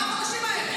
מה שאמרנו לצבא,